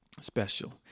special